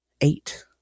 eight